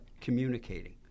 communicating